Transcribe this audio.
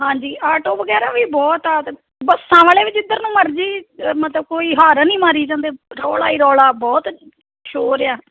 ਹਾਂਜੀ ਆਟੋ ਵਗੈਰਾ ਵੀ ਬਹੁਤ ਆ ਅਤੇ ਬੱਸਾਂ ਵਾਲੇ ਵੀ ਜਿੱਧਰ ਨੂੰ ਮਰਜ਼ੀ ਮਤਲਬ ਕੋਈ ਹਾਰਨ ਮਾਰੀ ਜਾਂਦੇ ਰੌਲਾ ਹੀ ਰੌਲਾ ਬਹੁਤ ਸ਼ੋਰ ਆ